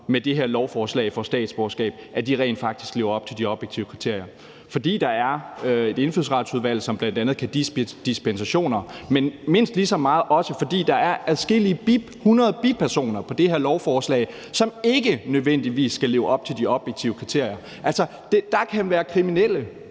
med det her lovforslag får statsborgerskab, rent faktisk lever op til de objektive kriterier, fordi der er et Indfødsretsudvalg, som bl.a. kan give dispensationer, men mindst lige så meget også, fordi der er adskillige hundrede bipersoner på det her lovforslag, som ikke nødvendigvis skal leve op til de objektive kriterier. Der kan være kriminelle